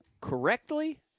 correctly